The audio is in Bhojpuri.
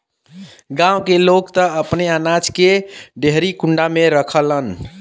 गांव के लोग त अपने अनाज के डेहरी कुंडा में रखलन